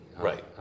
Right